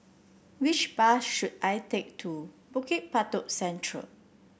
which bus should I take to Bukit Batok Central